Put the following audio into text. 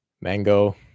Mango